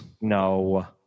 No